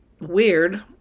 weird